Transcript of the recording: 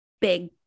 big